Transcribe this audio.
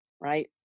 Right